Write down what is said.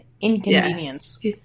inconvenience